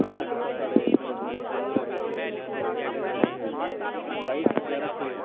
प्रचार कीता साढ़े इद्धर ज जम्मू दे बिच्च इनें डोगरें दे जेह्ड़े हे राइटस अग्गें रक्खे